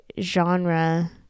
genre